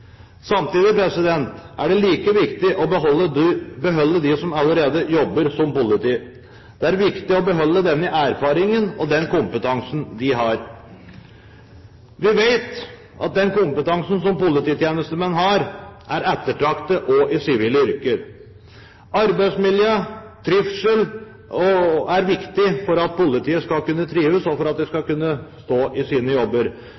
Samtidig er det like viktig å beholde dem som allerede jobber som politi. Det er viktig å beholde den erfaringen og kompetansen de har. Vi vet at den kompetansen som polititjenestemenn har, er ettertraktet også i sivile yrker. Arbeidsmiljø, trivsel, er viktig for at politiet skal kunne trives, og for at de skal kunne stå i sine jobber.